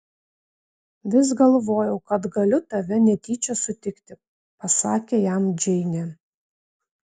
vis galvojau kad galiu tave netyčia sutikti pasakė jam džeinė